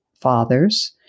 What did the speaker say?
fathers